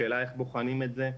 השאלה איך בוחנים את זה,